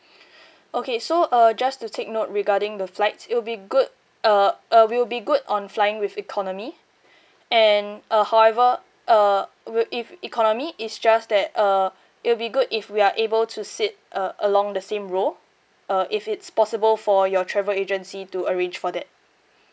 okay so uh just to take note regarding the flights it'll be good uh uh we'll be good on flying with economy and uh however uh would if economy is just that uh it'll be good if we are able to sit uh along the same row uh if it's possible for your travel agency to arrange for that